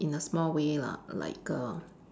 in a small way lah like err